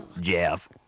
Jeff